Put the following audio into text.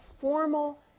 formal